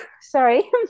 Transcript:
Sorry